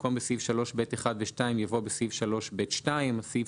במקום 'בסעיף 3(ב)(1) ו-(2)' יבוא 'בסעיף 3(ב)(2)'." סעיף